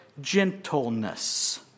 gentleness